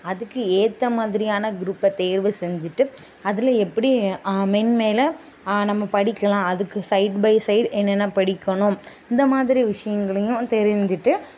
அதுக்கு ஏற்ற மாதிரியான குரூப்பை தேர்வு செஞ்சுட்டு அதில் எப்படி மென்மேல் நம்ம படிக்கலாம் அதுக்கு சைடு பை சைடு என்னென்ன படிக்கணும் இந்த மாதிரி விஷயங்களையும் தெரிஞ்சுட்டு